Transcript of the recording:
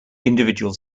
individual